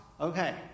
Okay